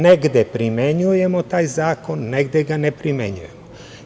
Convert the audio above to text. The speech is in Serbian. Negde primenjujemo taj zakon, negde ga ne primenjujemo.